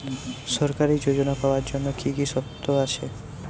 সরকারী যোজনা পাওয়ার জন্য কি কি শর্ত আছে?